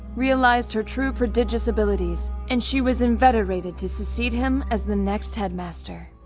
realized her true prodigious abilities and she was inveterated to succeed him as the next headmaster.